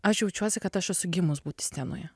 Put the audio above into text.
aš jaučiuosi kad aš esu gimus būti scenoje